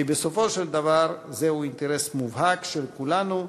כי בסופו של דבר זהו אינטרס מובהק של כולנו,